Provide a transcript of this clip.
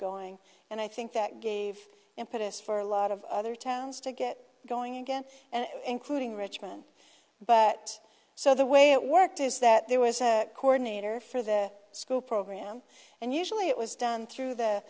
going and i think that gave impetus for a lot of other towns to get going again and including richmond but so the way it worked is that there was a coordinator for the school program and usually it was done through the